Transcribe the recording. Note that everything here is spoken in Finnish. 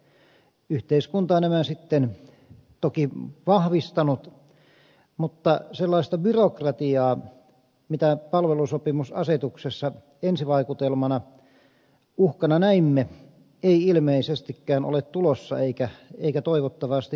yhteiskunta nämä sitten toki on vahvistanut mutta sellaista byrokratiaa mitä palvelusopimusasetuksessa ensivaikutelmana uhkana näimme ei ilmeisestikään ole tulossa eikä toivottavasti tule